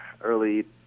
early